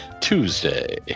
Tuesday